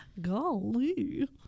Golly